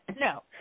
No